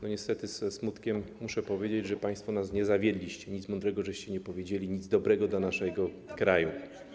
Niestety ze smutkiem muszę powiedzieć, że państwo nas nie zawiedliście, nic mądrego żeście nie powiedzieli, nic dobrego dla naszego kraju.